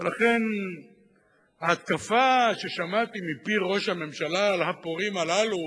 ולכן ההתקפה ששמעתי מפי ראש הממשלה על הפורעים הללו,